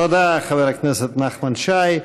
תודה, חבר הכנסת נחמן שי.